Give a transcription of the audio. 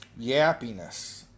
yappiness